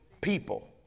people